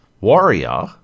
warrior